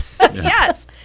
yes